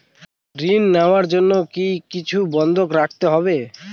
ঋণ নেওয়ার জন্য কি কিছু বন্ধক রাখতে হবে?